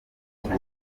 ikipe